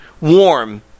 warm